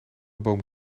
boom